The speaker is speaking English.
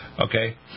Okay